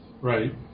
Right